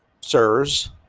sirs